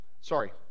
Sorry